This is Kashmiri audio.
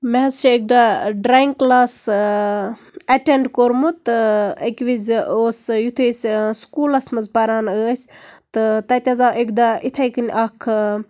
مےٚ حظ چھِ اَکہِ دۄہ ڈرایِنٛگ کٕلاس ایٚٹیٚنڈ کوٚرمُت اَکہِ وِزِ اوس یُتھٕے أسۍ سکوٗلَس مَنٛز پَران ٲسۍ تہٕ تَتہِ حظ آو اَکہِ دۄہ یِتھے کنۍ اکھ